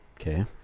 Okay